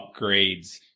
upgrades